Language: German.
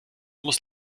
muss